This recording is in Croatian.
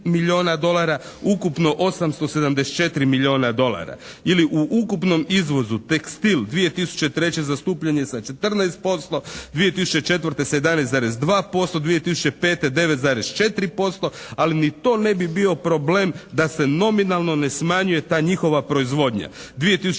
u ukupnom izvozu tekstil 2003. zastupljen je sa 14%. 2004. sa 11,2%. 2005. 9,4%, ali ni to ne bi bio problem da se nominalno ne smanjuje ta njihova proizvodnja. 2003.